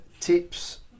tips